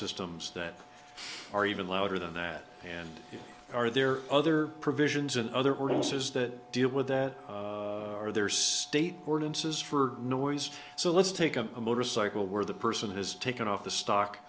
systems that are even louder than that and are there other provisions in other words is that deal with that or there's state ordinances for noise so let's take a motorcycle where the person has taken off the stock